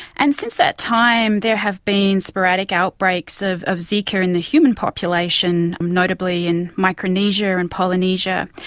and since that time there have been sporadic outbreaks of of zika in the human population, um notably in micronesia and polynesia.